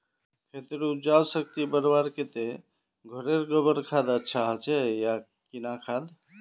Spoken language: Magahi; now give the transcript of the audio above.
खेतेर उपजाऊ शक्ति बढ़वार केते घोरेर गबर खाद ज्यादा अच्छा होचे या किना खाद?